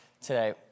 today